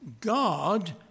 God